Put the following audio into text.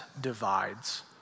divides